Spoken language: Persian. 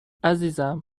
عزیزم